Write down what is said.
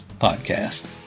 Podcast